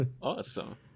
Awesome